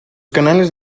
canales